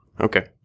Okay